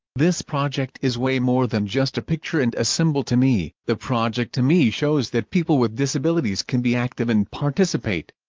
this project is way more than just a picture and a symbol to me. the project to me shows that people with disabilities can be active and participate.